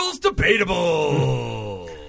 debatable